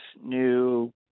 new